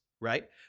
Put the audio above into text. right